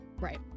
Right